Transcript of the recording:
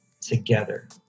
together